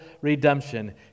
redemption